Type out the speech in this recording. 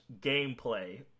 gameplay